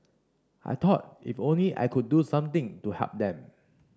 I thought if only I could do something to help them